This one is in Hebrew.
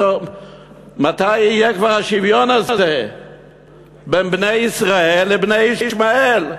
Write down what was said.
מתי יהיה כבר השוויון הזה בין בני ישראל לבני ישמעאל?